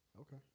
Okay